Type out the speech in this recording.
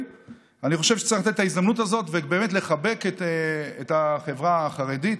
אני חושב שצריך לתת את ההזדמנות הזאת ובאמת לחבק את החברה החרדית,